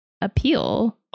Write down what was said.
appeal